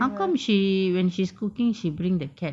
how come she when she's cooking she bring the cat